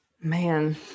Man